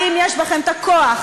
האם יש בכם הכוח?